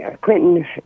Clinton